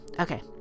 Okay